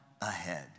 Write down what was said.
ahead